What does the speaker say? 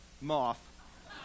moth